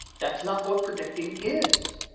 that's not what predicting is.